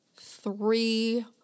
three